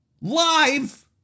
Live